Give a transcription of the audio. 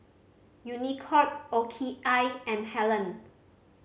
Unicurd O K I and Helen